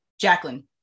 Jacqueline